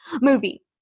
movie